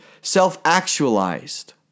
self-actualized